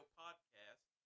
podcast